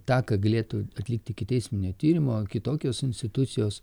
tą ką galėtų atlikti ikiteisminio tyrimo kitokios institucijos